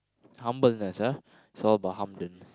humbleness ah it's all about